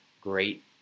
great